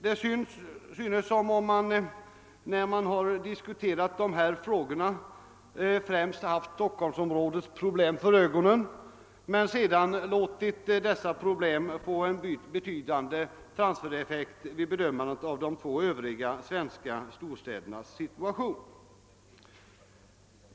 Det synes som om man när man diskuterat dessa frågor främst haft Stockholmsområdets problem för ögonen för att sedan låta dessa problem få en betydande transfereffekt vid :bedömandet av de två andra svenska storstädernas situation.